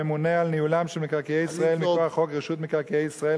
הממונה על ניהולם של מקרקעי ישראל מכוח חוק רשות מקרקעי ישראל,